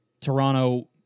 Toronto